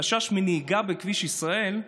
חשש מנהיגה בכביש בישראל,